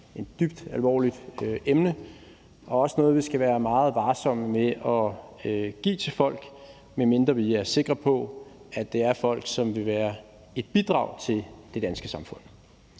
Danmark, et dybt alvorligt emne, og det er også noget, vi skal være meget varsomme med at give til folk, medmindre vi er sikre på, at det er folk, som vil være et bidrag til det danske samfund.